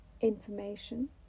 information